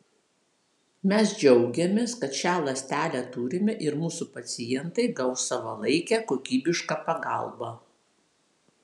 mes džiaugiamės kad šią ląstelę turime ir mūsų pacientai gaus savalaikę kokybišką pagalbą